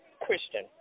Christian